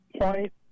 point